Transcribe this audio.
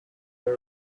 when